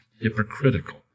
hypocritical